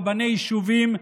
רבני יישובים,